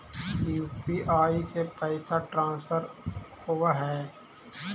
UPI से पैसा transfer होवहै?